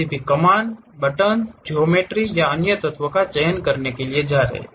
किसी भी command button ज्यामिति या अन्य तत्वों का चयन करने के लिए जा रहे है